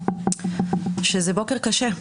זה בוקר קשה.